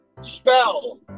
Spell